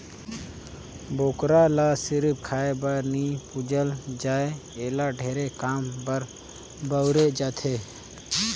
बोकरा ल सिरिफ खाए बर नइ पूजल जाए एला ढेरे काम बर बउरे जाथे